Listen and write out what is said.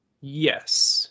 Yes